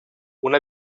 una